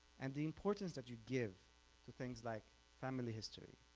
and the importance that you give to things like family history,